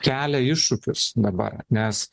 kelia iššūkius dabar nes